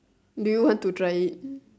do you want to try it